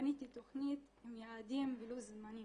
בניתי תכנית עם יעדים ולוח זמנים.